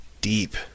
deep